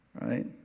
right